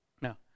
No